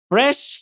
Fresh